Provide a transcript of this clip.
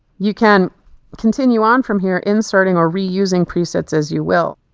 you can continue on from here inserting or reusing presets as you will.